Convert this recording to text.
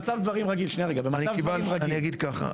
במצב דברים רגיל --- אני אגיד ככה.